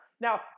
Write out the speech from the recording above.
Now